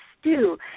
stew